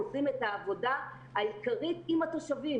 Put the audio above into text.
עושים את העבודה העיקרית עם התושבים.